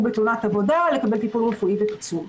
בתאונת עבודה כדי לקבל טיפול רפואי ופיצוי.